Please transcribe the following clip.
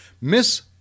Miss